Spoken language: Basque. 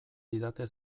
didate